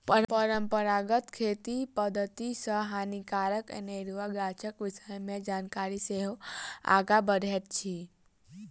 परंपरागत खेती पद्धति सॅ हानिकारक अनेरुआ गाछक विषय मे जानकारी सेहो आगाँ बढ़ैत अछि